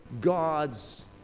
God's